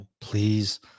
please